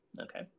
Okay